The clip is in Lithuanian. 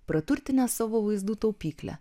praturtinęs savo vaizdų taupyklę